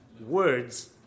words